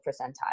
percentile